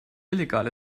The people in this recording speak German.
illegal